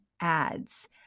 ads